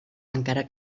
encara